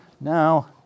now